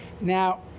Now